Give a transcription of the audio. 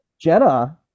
Jenna